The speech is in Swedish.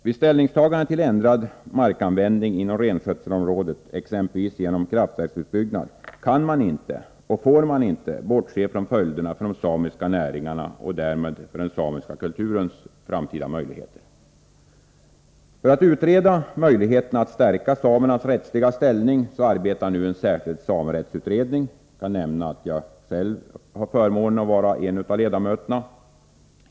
Vid ställningstagande till ändrad markanvändning inom renskötselområdet, exempelvis genom vattenkraftsutbyggnad, kan man inte — och får man inte — bortse från följderna för de samiska näringarna och därmed för den samiska kulturens framtid. För att utreda möjligheterna att stärka samernas rättsliga ställning arbetar nu en särskild samerättsutredning. Jag har själv förmånen att vara en av ledamöterna.